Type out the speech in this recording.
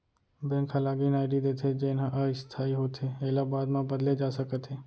bank ह login ID देथे जेन ह अस्थाई होथे एला बाद म बदले जा सकत हे